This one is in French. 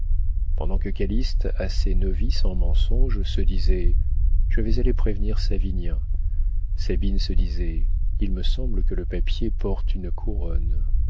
pendant que calyste assez novice en mensonge se disait je vais aller prévenir savinien sabine se disait il me semble que le papier porte une couronne